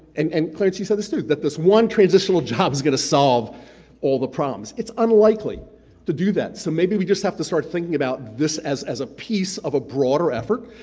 and and clarence said this too, that this one transitional job is gonna solve all the problems, it's unlikely to do that, so maybe we just have to start thinking about this as as a piece of a broader effort,